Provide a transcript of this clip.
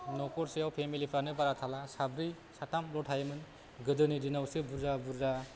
न'खरसेयाव फेमिलिफ्रानो बारा थाला साब्रै साथामल' थायोमोन गोदोनि दिनावसो बुरजा बुरजा